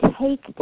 take